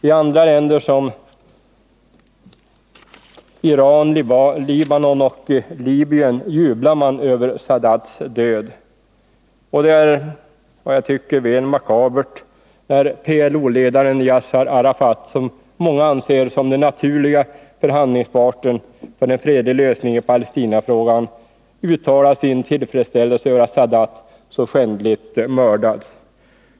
I andra länder som Iran, Libanon och Libyen jublar man över Sadats död. Det är, tycker jag, väl makabert när PLO-ledaren Yassir Arafat. som många anser som den naturliga förhandlingsparten för en fredlig lösning i Palestinafrågan, uttalar sin tillfredsställelse över att Sadat så skändligt mördats.